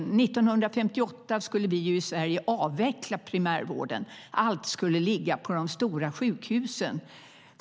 År 1958 skulle vi i Sverige avveckla primärvården. Allt skulle ligga på de stora sjukhusen.